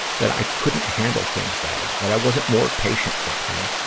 that i couldn't handle things better. that i wasn't more patient with her,